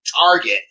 target